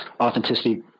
authenticity